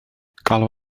galw